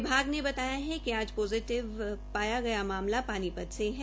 विभाग ने बताया कि आज पोजिटिव पाया गया मामला पानीपत से है